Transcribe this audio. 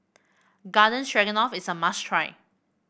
Garden Stroganoff is a must try